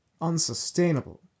unsustainable